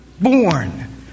born